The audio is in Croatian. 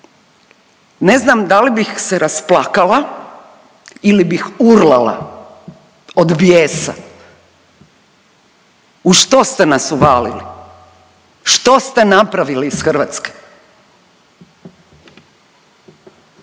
ne znam da li bih se rasplakala ili bih urlala od bijesa u što ste nas uvalili, što ste napravili iz Hrvatske.